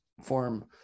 form